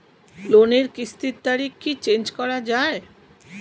লোনের কিস্তির তারিখ কি চেঞ্জ করা যায়?